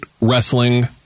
wrestling